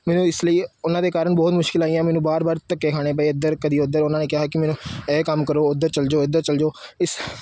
ਮੈਨੂੰ ਇਸ ਲਈ ਉਹਨਾਂ ਦੇ ਕਾਰਣ ਬਹੁਤ ਮੁਸ਼ਕਿਲ ਆਈਆਂ ਮੈਨੂੰ ਵਾਰ ਵਾਰ ਧੱਕੇ ਖਾਣੇ ਪਏ ਇੱਧਰ ਕਦੇ ਉੱਧਰ ਉਹਨਾਂ ਨੇ ਕਿਹਾ ਕਿ ਮੈਨੂੰ ਇਹ ਕੰਮ ਕਰੋ ਉੱਧਰ ਚੱਲ ਜਾਓ ਇੱਧਰ ਚੱਲ ਜਾਓ ਇਸ